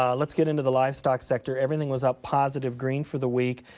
um let's get into the livestock sector. everything was up positive green for the week.